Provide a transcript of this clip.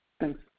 Thanks